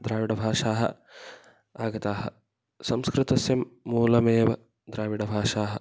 द्राविडभाषाः आगताः संस्कृतस्य मूलमेव द्राविडभाषाः